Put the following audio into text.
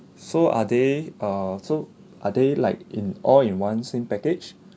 so are they err so are they like in all in one same package